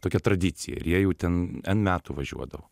tokia tradicija jie jau ten n metų važiuodavo